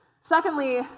Secondly